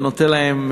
אתה נותן להם,